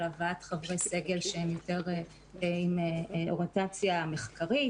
הבאת חברי סגל שהם יותר עם אוריינטציה מחקרית